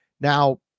Now